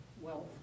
Wealth